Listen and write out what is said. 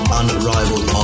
unrivaled